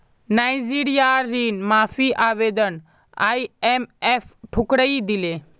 नाइजीरियार ऋण माफी आवेदन आईएमएफ ठुकरइ दिले